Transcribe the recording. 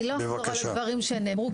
אני לא אחזור על הדברים שנאמרו,